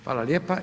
Hvala lijepo.